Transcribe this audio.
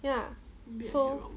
ya so